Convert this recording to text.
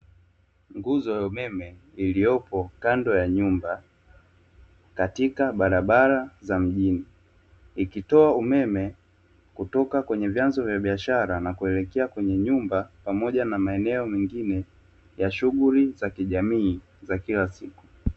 Nguzo ya umeme iliyopo kando ya nyumba katika barabara za mjini ikitoa umeme kutoka kwenye vyanzo vya biashara na kuelekea kwenye nyumba pamoja na maeneo mengine ya shughuli za kijamii za kila siku.